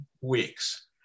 weeks